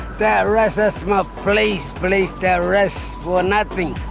they arrest us mob, police, police they arrest for nothing.